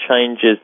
changes